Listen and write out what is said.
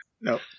no